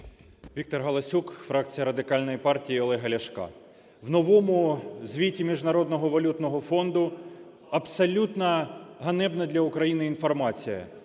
ВікторГаласюк, фракція Радикальної партії Олега Ляшка. В новому звіті Міжнародного валютного фонду абсолютно ганебна для України інформація: